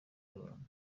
y’abantu